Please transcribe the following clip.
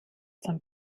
zum